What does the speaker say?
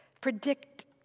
predict